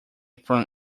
from